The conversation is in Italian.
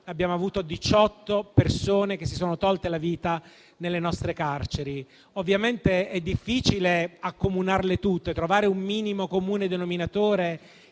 diciotto persone si sono tolte la vita nelle nostre carceri. Ovviamente è difficile accomunarle tutte e trovare un minimo comune denominatore